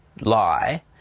lie